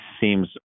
seems